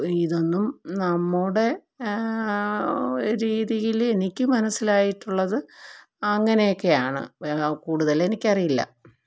ഇതൊന്നും നമ്മുടെ രീതിയിൽ എനിക്കു മനസ്സിലായിട്ടുള്ളത് അങ്ങനെയൊക്കെയാണ് കൂടുതൽ എനിക്ക് അറിയില്ല